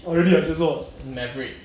oh really ah you also ah